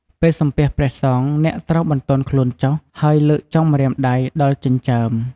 ពេលសំពះព្រះសង្ឃ អ្នកត្រូវបន្ទន់ខ្លួនចុះ ហើយលើកចុងម្រាមដៃដល់ចិញ្ចើម។